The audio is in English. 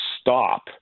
stop